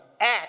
Act